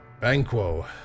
Banquo